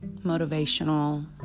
Motivational